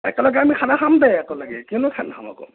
একেলগে আমি খানা খাম দে একেলগে কিয়নো নাখাম আক